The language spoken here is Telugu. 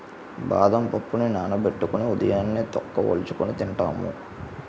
బాదం పప్పుని నానబెట్టుకొని ఉదయాన్నే తొక్క వలుచుకొని తింటాము